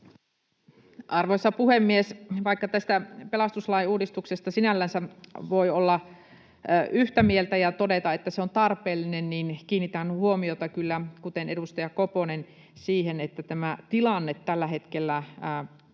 Arvoisa puhemies! Vaikka tästä pelastuslain uudistuksesta sinällänsä voi olla yhtä mieltä ja todeta, että se on tarpeellinen, niin kiinnitän huomiota kyllä siihen, kuten edustaja Koponen, että tämä tilanne tällä hetkellä